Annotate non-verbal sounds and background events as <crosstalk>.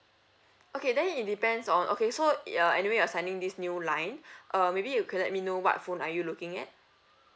okay then it depends on okay so it uh anyway you are signing this new line <breath> uh maybe you could let me know what phone are you looking at